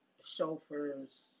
chauffeur's